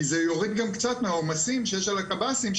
כי זה יוריד גם קצת מהעומסים שיש על הקב"סים,